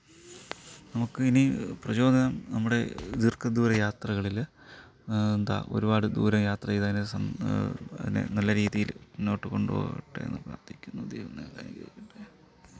നമുക്കിനി പ്രചോദനം നമ്മുടെ ദീർഘദൂര യാത്രകളിൽ എന്താ ഒരുപാട് ദൂരം യാത്ര ചെയ്താൽ സ നല്ല രീതിയിൽ മുന്നോട്ട് കൊണ്ടുപോകട്ടെ എന്ന് പ്രാർത്ഥിക്കുന്നു ദൈവം നിങ്ങളെ അനുഗ്രഹിക്കട്ടെ